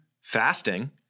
fasting